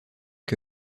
que